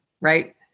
right